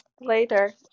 later